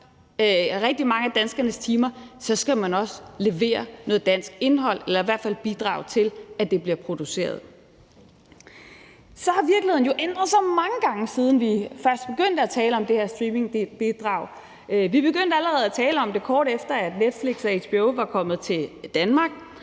på rigtig mange af danskernes timer, skal man også levere noget dansk indhold eller i hvert fald bidrage til, at det bliver produceret. Virkeligheden har jo så ændret sig mange gange, siden vi først begyndt at tale om det her streamingbidrag. Vi begyndte allerede at tale om det, kort efter at Netflix og HBO var kommet til Danmark,